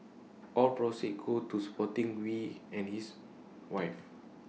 all proceeds go to supporting wee and his wife